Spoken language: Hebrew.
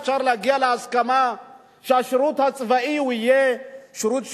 אפשר להגיע להסכמה שהשירות הצבאי יהיה שירות שוויוני.